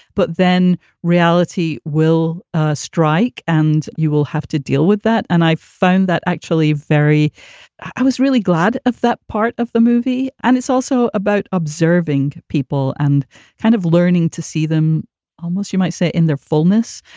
but then reality will strike and you will have to deal with that. and i find that actually very i was really glad of that part of the movie. and it's also about observing people and kind of learning to see them almost, you might say, in their fullness.